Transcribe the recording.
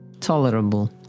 tolerable